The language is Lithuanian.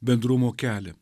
bendrumo kelią